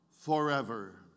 forever